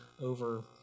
over